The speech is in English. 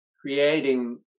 creating